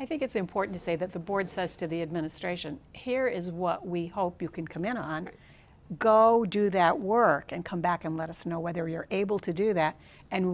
i think it's important to say that the board says to the administration here is what we hope you can come in on go do that work and come back and let us know whether you're able to do that and